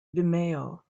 vimeo